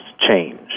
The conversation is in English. change